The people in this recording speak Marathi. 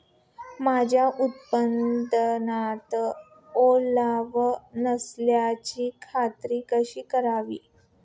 माझ्या उत्पादनात ओलावा नसल्याची खात्री कशी करावी?